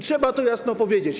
Trzeba to jasno powiedzieć.